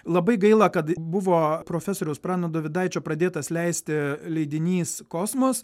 labai gaila kad buvo profesoriaus prano dovydaičio pradėtas leisti leidinys kosmos